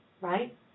right